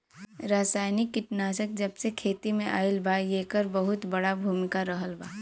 रासायनिक कीटनाशक जबसे खेती में आईल बा येकर बहुत बड़ा भूमिका रहलबा